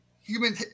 human